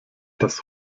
das